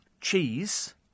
Cheese